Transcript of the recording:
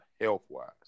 health-wise